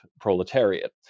proletariat